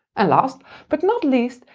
and last but not least,